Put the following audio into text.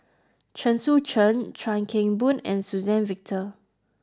Chen Sucheng Chuan Keng Boon and Suzann Victor